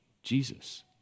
jesus